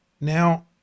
Now